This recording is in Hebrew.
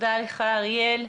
תודה לך, אריאל.